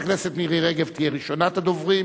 חברת הכנסת מירי רגב תהיה ראשונת הדוברים,